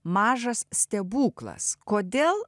mažas stebuklas kodėl